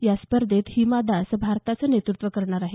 या स्पर्धेत हिमा दास भारताचं नेतृत्व करणार आहे